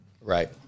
Right